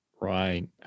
Right